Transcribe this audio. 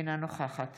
אינה נוכחת